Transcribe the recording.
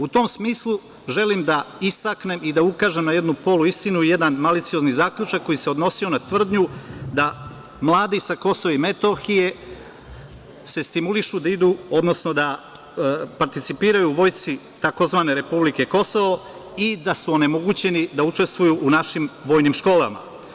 U tom smislu, želim da istaknem i da ukažem na jednu poluistinu, jedan maliciozni zaključak koji se odnosio na tvrdnju da mladi sa Kosova i Metohije se stimulišu da idu, odnosno da participiraju Vojsci, tzv. „republike Kosovo“, i da su onemogućeni da učestvuju u našim vojnim školama.